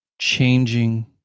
changing